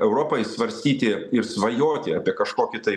europai svarstyti ir svajoti apie kažkokį tai